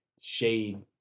Shade